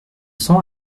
cents